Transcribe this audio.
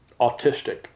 autistic